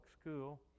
school